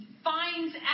finds